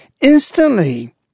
instantly